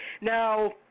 Now